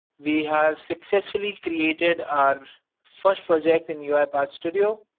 we have successfully created our first project in uipath studio.